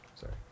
Sorry